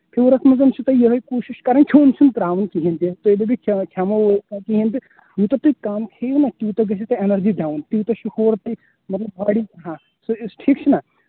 فِیورَس منٛز چھُو تۄہہِ یِہَے کوٗشِش کَرٕنۍ کھیٚون چھُنہٕ ترٛاوُن کِہیٖنٛۍ تہِ تُہۍ دٔپِو کھٮ۪مَو کِہیٖنٛۍ تہِ یوٗتاہ تُہۍ کَم کھیٚیِو نا تیٛوٗتاہ کھیٚیِو تۄہہِ اینٛرجی ڈاوُن تیٛوٗتاہ چھُ ہورٕ تہِ مطلب ہا سُہ ٹھیٖک چھُناہ